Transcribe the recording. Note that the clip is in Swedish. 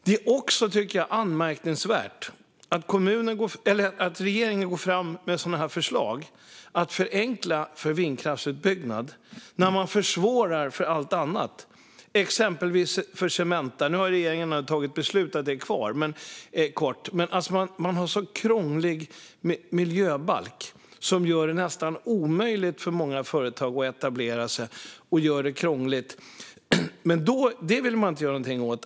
Det är också, tycker jag, anmärkningsvärt att regeringen går fram med förslag om att förenkla för vindkraftsutbyggnad när man försvårar för allt annat, exempelvis för Cementa. Nu har regeringen tagit beslut om att det får vara kvar en kort tid. Men man har en krånglig miljöbalk som gör det nästan omöjligt för många företag att etablera sig. Detta vill man inte göra någonting åt.